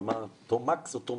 ומה הם ענו?